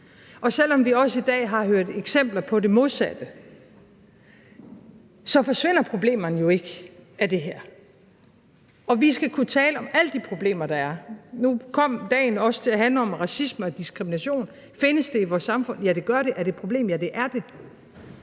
Og selv om vi også i dag har hørt eksempler på det modsatte, så forsvinder problemerne jo ikke af det her. Vi skal kunne tale om alle de problemer, der er. Nu kom dagen også til at handle om racisme og diskrimination. Findes det i vores samfund? Ja, det gør det. Er det et problem? Ja, det er det.